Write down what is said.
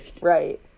right